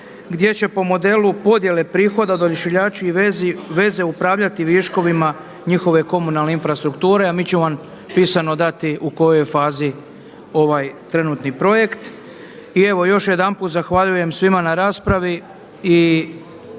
gdje će po modelu podjele prihoda da Odašiljači i veze upravljati viškovima njihove komunalne infrastrukture, a mi ćemo pisano dati u kojoj je fazi ovaj trenutni projekt. I evo još jedanput zahvaljujem svima na raspravi